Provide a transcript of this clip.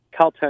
Caltech